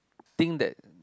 think that